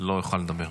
לא יוכל לדבר.